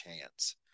chance